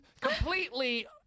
completely